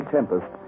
Tempest